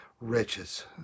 wretches